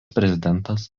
prezidentas